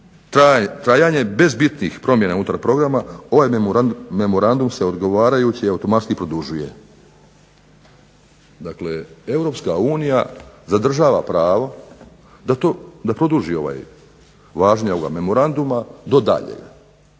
trajanje bez bitnih promjena unutar programa ovaj memorandum se odgovarajući i automatski produžuje. Dakle, Europska unija zadržava pravo da produži ovo važenje memoranduma do